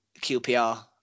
QPR